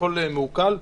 הכול מעוקל,